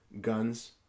guns